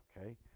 Okay